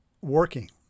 working